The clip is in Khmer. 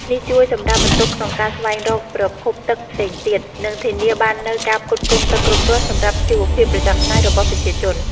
នេះជួយសម្រាលបន្ទុកក្នុងការស្វែងរកប្រភពទឹកផ្សេងទៀត និងធានាបាននូវការផ្គត់ផ្គង់ទឹកគ្រប់គ្រាន់សម្រាប់ជីវភាពប្រចាំថ្ងៃរបស់ប្រជាជន។